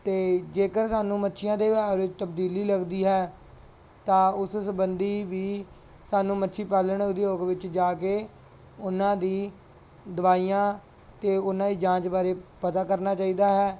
ਅਤੇ ਜੇਕਰ ਸਾਨੂੰ ਮੱਛੀਆਂ ਦੇ ਵਿਵਹਾਰ ਵਿੱਚ ਤਬਦੀਲੀ ਲੱਗਦੀ ਹੈ ਤਾਂ ਉਸ ਸੰਬੰਧੀ ਵੀ ਸਾਨੂੰ ਮੱਛੀ ਪਾਲਣ ਉਦਯੋਗ ਵਿੱਚ ਜਾ ਕੇ ਉਹਨਾਂ ਦੀਆਂ ਦਵਾਈਆਂ ਅਤੇ ਉਹਨਾਂ ਦੀ ਜਾਂਚ ਬਾਰੇ ਪਤਾ ਕਰਨਾ ਚਾਹੀਦਾ ਹੈ